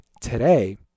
today